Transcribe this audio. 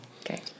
Okay